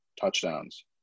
touchdowns